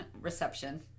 reception